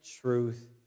truth